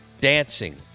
Dancing